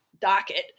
docket